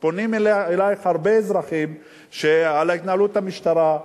פונים אלייך הרבה אזרחים על התנהלות המשטרה,